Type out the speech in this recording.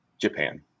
Japan